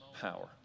power